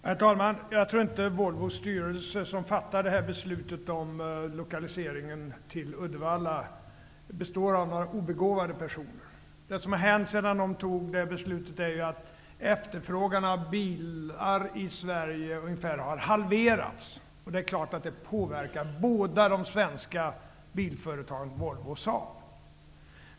Herr talman! Jag tror inte att Volvos styrelse, som fattade beslutet om lokalisering till Uddevalla, består av några obegåvade personer. Det som har hänt sedan lokaliseringsbeslutet fattades är att efterfrågan på bilar i Sverige har ungefär halverats. Det är klart att detta påverkar de båda svenska bilföretagen Volvo och Saab.